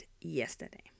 yesterday